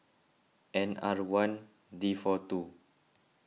N R one D four two